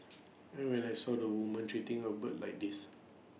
I rely saw the woman treating A bird like this